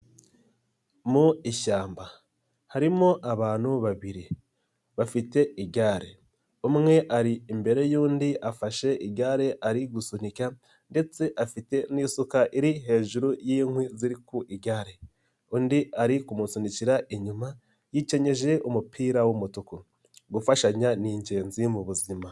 Mu ishyamba harimo abantu babiri bafite igare, umwe ari imbere y'undi afashe igare ari gusunika ndetse afite n'isuka iri hejuru y'inkwi ziri ku igare, undi ari kumusunikira inyuma yikenyeje umupira w'umutuku, gufashanya ni ingenzi mu buzima.